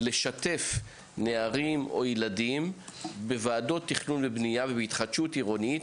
לשתף נערים או ילדים בוועדות תכנון ובנייה בהתחדשות עירונית,